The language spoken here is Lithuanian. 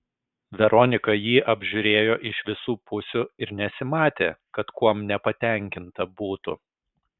veronika jį apžiūrėjo iš visų pusių ir nesimatė kad kuom nepatenkinta būtų